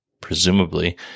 presumably